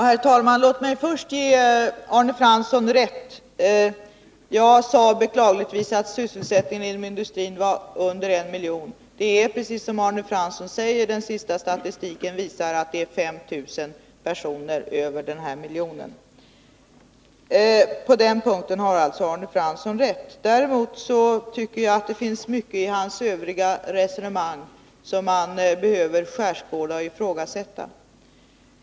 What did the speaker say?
Herr talman! Låt mig först ge Arne Fransson rätt. Jag sade beklagligtvis att sysselsättningen inom industrin var under en miljon. Det är precis som Arne Fransson säger, nämligen att den senaste statistiken visar att det är 5 000 personer över den här miljonen. På den punkten har alltså Arne Fransson rätt. Däremot tycker jag att det finns mycket i hans övriga resonemang, som man behöver skärskåda och ifrågasätta.